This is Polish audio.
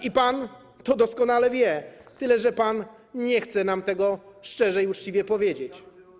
I pan to doskonale wie, tyle że pan nie chce nam tego szczerze i uczciwie powiedzieć.